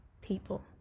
people